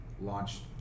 launched